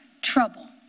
trouble